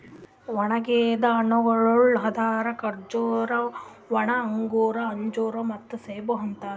ಒಣುಗಿದ್ ಹಣ್ಣಗೊಳ್ ಅಂದುರ್ ಖಜೂರಿ, ಒಣ ಅಂಗೂರ, ಅಂಜೂರ ಮತ್ತ ಸೇಬು ಅಂತಾರ್